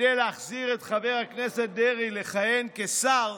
כדי להחזיר את חבר הכנסת דרעי לכהן כשר,